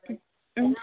ம் ம்